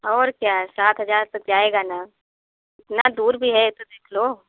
और क्या सात हजार तो जाएगा ना इतना दूर भी है ये तो देख लो